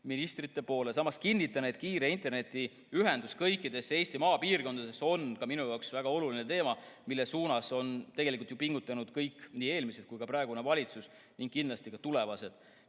ministrite poole. Samas kinnitan, et kiire internetiühendus kõikides Eesti maapiirkondades on ka minu jaoks väga oluline teema, mille heaks on tegelikult ju pingutanud kõik, nii eelmised valitsused kui ka praegune valitsus ning pingutavad kindlasti ka tulevased.